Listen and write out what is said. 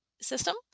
system